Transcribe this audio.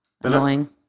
annoying